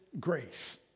grace